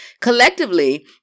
Collectively